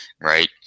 right